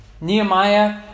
Nehemiah